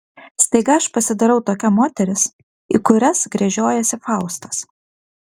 staiga aš pasidarau tokia moteris į kurias gręžiojasi faustas